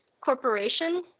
corporation